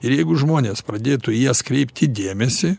ir jeigu žmonės pradėtų į jas kreipti dėmesį